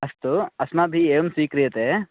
अस्तु अस्माभिः एवं स्वीक्रियते